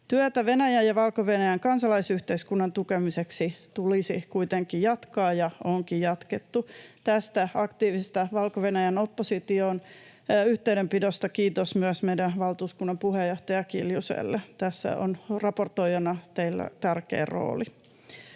Työtä Venäjän ja Valko-Venäjän kansalaisyhteiskunnan tukemiseksi tulisi kuitenkin jatkaa ja onkin jatkettu. Tästä aktiivisesta Valko-Venäjän opposition yhteydenpidosta kiitos myös meidän valtuuskunnan puheenjohtajalle Kiljuselle — teillä on raportoijana tässä tärkeä rooli.